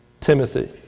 Timothy